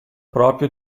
proprio